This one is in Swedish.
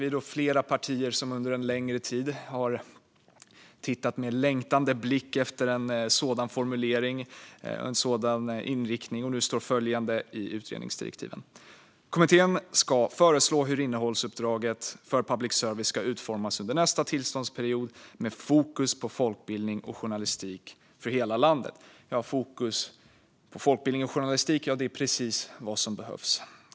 Vi är flera partier som under en längre tid har tittat med längtande blick efter en sådan inriktning och formulering, och i utredningsdirektiven står nu att kommittén ska "föreslå hur innehållsuppdraget för public service ska utformas under nästa tillståndsperiod, med fokus på folkbildning och journalistik för hela landet". Fokus på folkbildning och journalistik är precis vad som behövs.